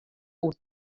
oer